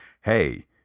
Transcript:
hey